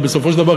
בסופו של דבר,